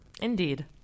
Indeed